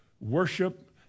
worship